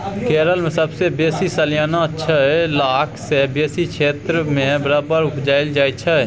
केरल मे सबसँ बेसी सलियाना छअ लाख सँ बेसी क्षेत्र मे रबर उपजाएल जाइ छै